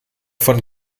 von